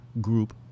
group